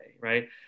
Right